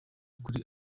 kuri